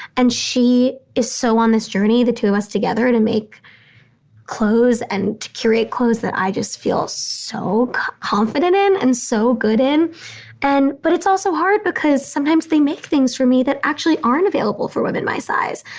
and she is so on this journey, the two of us together to make clothes and to curate clothes that i just feel so confident in and so good in and. but it's also hard because sometimes they make things for me that actually aren't available for women my size.